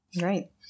Right